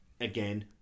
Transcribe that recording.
again